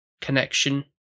connection